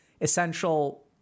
essential